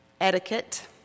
Etiquette